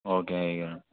okay అయ్యగారు